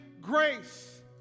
grace